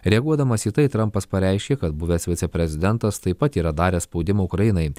reaguodamas į tai trumpas pareiškė kad buvęs viceprezidentas taip pat yra daręs spaudimą ukrainai